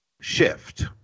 shift